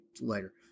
later